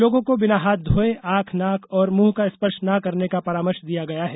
लोगों को बिना हाथ धोये आंख नाक और मुंह का स्पर्श न करने का परामर्श दिया गया है